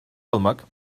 almak